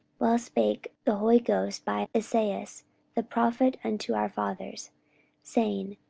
well spake the holy ghost by esaias the prophet unto our fathers saying,